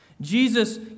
Jesus